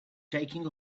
taking